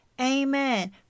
Amen